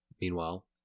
meanwhile